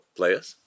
players